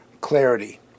clarity